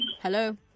Hello